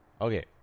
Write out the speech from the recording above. Okay